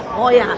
boy yeah